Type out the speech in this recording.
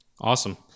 Awesome